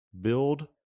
build